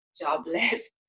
jobless